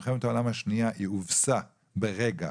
במלחמת העולם השנייה היא הובסה ברגע